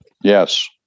Yes